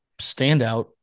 standout